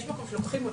יש מקום שלוקחים אותם.